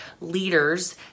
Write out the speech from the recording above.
leaders